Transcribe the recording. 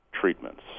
treatments